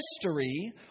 history